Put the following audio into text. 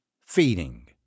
feeding